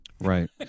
Right